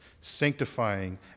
sanctifying